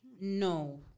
No